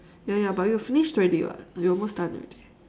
ya ya but we finished already what it's almost done already